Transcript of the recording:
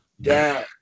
down